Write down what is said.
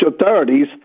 authorities